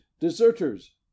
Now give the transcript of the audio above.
deserters